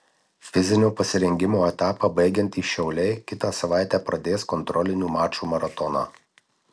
fizinio pasirengimo etapą baigiantys šiauliai kitą savaitę pradės kontrolinių mačų maratoną